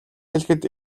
хэлэхэд